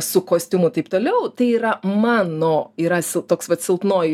su kostiumu taip toliau tai yra mano yra toks vat silpnoji